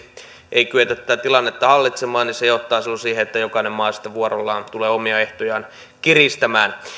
ei kyetä tätä tilannetta hallitsemaan niin se johtaa silloin siihen että jokainen maa sitten vuorollaan tulee omia ehtojaan kiristämään